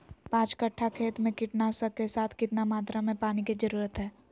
पांच कट्ठा खेत में कीटनाशक के साथ कितना मात्रा में पानी के जरूरत है?